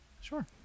Sure